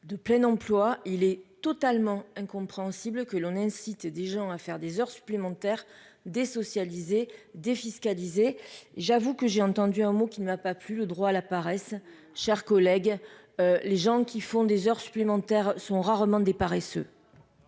de plein emploi, il est totalement incompréhensible que l'on incite des gens à faire des heures supplémentaires des défiscalisé, j'avoue que j'ai entendu un mot qui ne va pas plus le droit à la paresse, chers collègues, les gens qui font des heures supplémentaires sont rarement des paresseux.